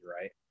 right